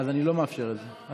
אז אני לא מאפשר את זה.